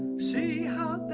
see how